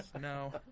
no